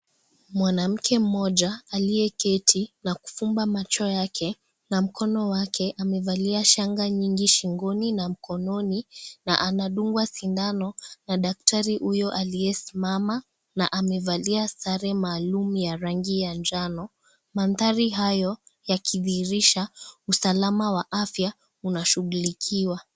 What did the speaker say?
Mwanamke mmoja, aliyeketi na kuvumba macho yake na mkono wake amevalia shanga mingi shingoni na mkononi ,na anadungwa shindano na daktari huyo aliyesimama na amevalia sare maaluma ya rangi ya njano mandari hayo yakidhihirisha usalama wa afya unashugulikiwa.